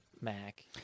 Mac